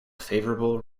favorable